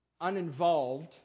uninvolved